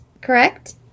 correct